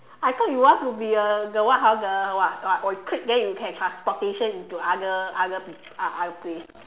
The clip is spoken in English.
I thought you want to be a the what hor the what what or you click then you can transportation into other other p~ uh other place